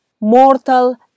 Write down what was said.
mortal